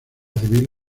civil